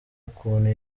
ukuntu